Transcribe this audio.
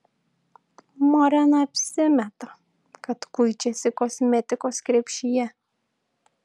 morena apsimeta kad kuičiasi kosmetikos krepšyje